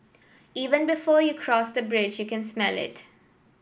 even before you cross the bridge you can smell it